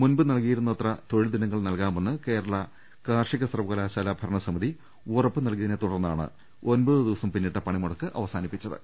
മുൻപ് നൽകിയിരുന്നത്ര തൊഴിൽദിനങ്ങൾ നൽകാമെന്ന് കേരള കാർഷിക സർവകലാശാല ഭരണസമിതി ഉറപ്പ് നൽകിയതിനെത്തുടർന്നാണ് ഒൻപ തുദിവസം പിന്നിട്ട് പണിമുടക്ക് അവസാനിപ്പിച്ചത്